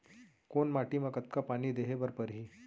कोन माटी म कतका पानी देहे बर परहि?